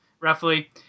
roughly